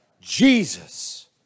Jesus